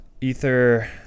Ether